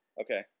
Okay